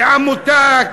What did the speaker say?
עמותה,